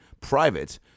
private